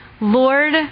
Lord